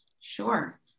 Sure